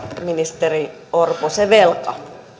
ministeri orpo se velka